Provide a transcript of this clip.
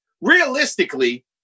Realistically